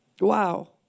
Wow